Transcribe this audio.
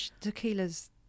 Tequila's